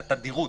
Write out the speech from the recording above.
לתדירות.